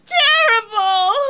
terrible